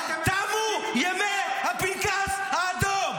תמו ימי הפנקס האדום.